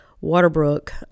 Waterbrook